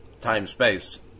time-space